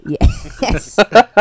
Yes